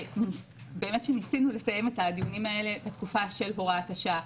באמת שניסינו לסיים את הדיונים האלה בתקופה של הוראת השעה.